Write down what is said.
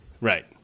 right